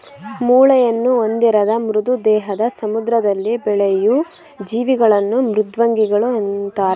ಮೂಳೆಯನ್ನು ಹೊಂದಿರದ ಮೃದು ದೇಹದ ಸಮುದ್ರದಲ್ಲಿ ಬೆಳೆಯೂ ಜೀವಿಗಳನ್ನು ಮೃದ್ವಂಗಿಗಳು ಅಂತರೆ